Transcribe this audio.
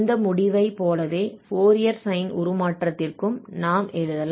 இந்த முடிவைப் போலவே ஃபோரியர் சைன் உருமாற்றத்திற்கும் நாம் எழுதலாம்